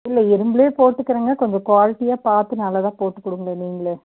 இல்லை இரும்புலையே போட்டுக்கிறேங்க கொஞ்சம் குவாலிட்டியாக பார்த்து நல்லதாக போட்டு கொடுங்க நீங்களே